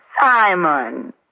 Simon